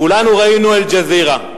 כולנו ראינו את "אל-ג'זירה".